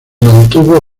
mantuvo